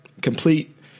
complete